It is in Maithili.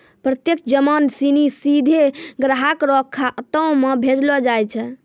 प्रत्यक्ष जमा सिनी सीधे ग्राहक रो खातो म भेजलो जाय छै